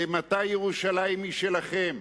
מאימתי ירושלים היא שלכם?